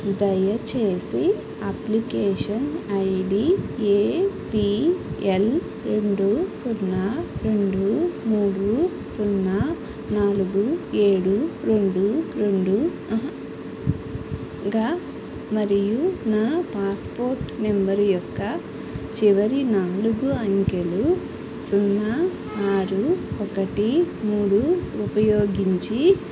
దయచేసి application ID A P L రెండు సున్నా రెండు మూడు సున్నా నాలుగు ఏడు రెండు రెండు గా మరియు నా పాస్పోర్ట్ నంబర్ యొక్క చివరి నాలుగు అంకెలు సున్నా ఆరు ఒకటి మూడు ఉపయోగించి